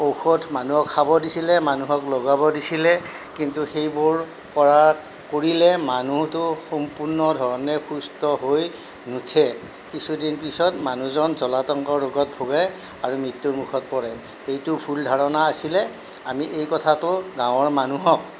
ঔষধ মানুহক খাব দিছিলে মানুহক লগাব দিছিলে কিন্তু সেইবোৰ কৰাত কৰিলে মানুহটো সম্পূৰ্ণ ধৰণে সুস্থ হৈ নুঠে কিছুদিন পিছত মানুহজন জলাতংক ৰোগত ভোগে আৰু মৃত্যু মুখত পৰে এইটো ভুল ধাৰণা আছিলে আমি এই কথাটো গাঁৱৰ মানুহক